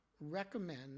recommend